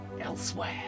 elsewhere